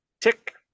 tick